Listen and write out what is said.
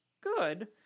good